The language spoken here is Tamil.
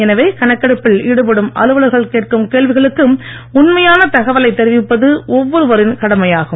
எனவே கணக்கெடுப்பில் ஈடுபடும் அலுவலர்கள் கேட்கும் கேள்விகளுக்கு உண்மையான தகவலை தெரிவிப்பது ஒவ்வொருவரின் கடமையாகும்